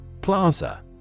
Plaza